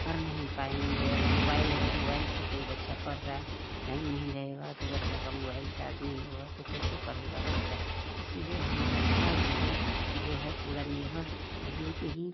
पढ़ नहीं पाएंगे अगर मोबाईल है मोबाईल से कोई बच्चा पढ़ रहा है लाइन नहीं रहेगा तो बच्चा का मोबाईल चार्ज नहीं होगा तो कैसे पढ़ेगा बच्चा इसलिए हमारा पूरा जीवन जो है पूरा निर्भर बिजली पे ही